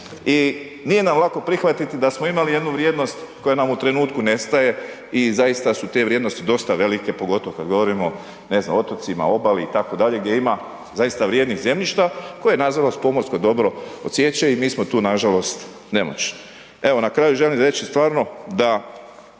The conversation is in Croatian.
i nije nam lako prihvatiti da smo imali jednu vrijednost koja nam u trenutku nestaje i zaista su te vrijednosti dosta velike, pogotovo kad govorimo, ne znam, o otocima, obali itd., gdje ima zaista vrijednih zemljišta koje nažalost pomorsko dobro odsiječe i mi smo tu nažalost nemoćni. Evo na kraju želim reći stvarno da